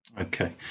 okay